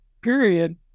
period